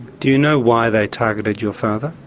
do you know why they targeted your father?